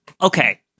okay